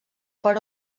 per